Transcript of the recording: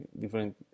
different